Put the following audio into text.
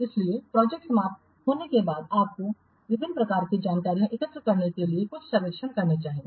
इसलिए प्रोजेक्ट समाप्त होने के बाद आपको विभिन्न प्रकार की जानकारी एकत्र करने के लिए कुछ सर्वेक्षण करने चाहिए